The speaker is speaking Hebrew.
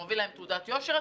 הוא מביא להם תעודת יושר.